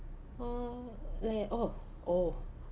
uh le~ oh oh